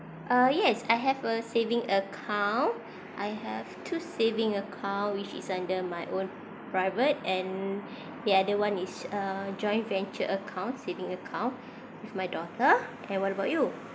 uh yes I have a saving account I have two saving account which is under my own private and the other one is a uh joint venture account saving account with my daughter and what about you